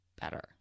better